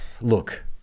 Look